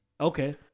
Okay